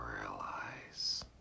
realize